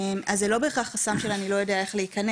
אז זה לא בהכרח חסם של אני לא יודע איך להיכנס,